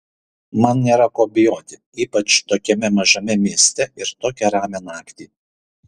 man nėra ko bijoti ypač tokiame mažame mieste ir tokią ramią naktį